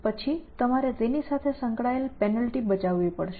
પછી તમારે તેની સાથે સંકળાયેલ પેનલ્ટી બચાવવી પડશે